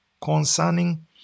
concerning